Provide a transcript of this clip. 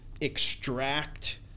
extract